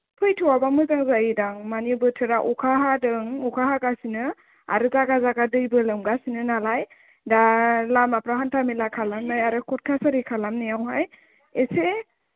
फैथ'आबा मोजां जायो दां मानि बोथोरा अखा हादों अखा हागासिनो आर जायगा जायगा दैबो लोमगासिनो नालाय दा लामाफोरा हान्था मेला खालामनाय आरो कर्ट कासारि खालामनायावहाय एसे